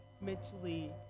mentally